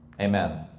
Amen